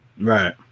Right